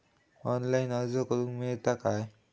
Online अर्ज करूक मेलता काय?